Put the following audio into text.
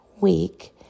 week